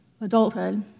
adulthood